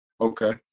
Okay